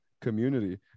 community